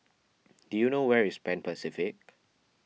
do you know where is Pan Pacific